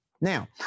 Now